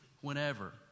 whenever